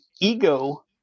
ego